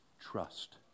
Trust